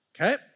Okay